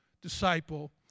disciple